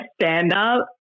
stand-up